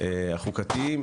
החוקתיים